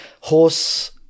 horse